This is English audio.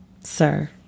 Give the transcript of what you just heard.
Sir